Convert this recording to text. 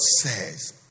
says